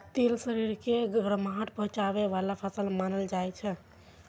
तिल शरीर के गरमाहट पहुंचाबै बला फसल मानल जाइ छै